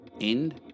End